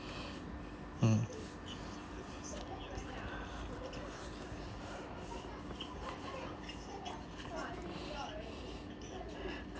mm